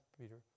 Peter